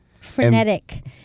frenetic